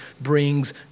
brings